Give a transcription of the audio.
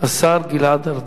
השר גלעד ארדן.